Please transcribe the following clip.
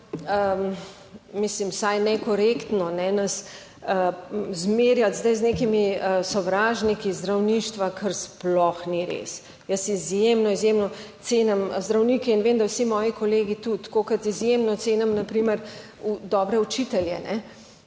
mislim vsaj nekorektno nas zmerjati zdaj z nekimi sovražniki zdravništva, kar sploh ni res. Jaz izjemno, izjemno cenim zdravnike in vem, da vsi moji kolegi tudi, tako kot izjemno cenim na primer dobre učitelje,